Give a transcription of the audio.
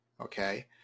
okay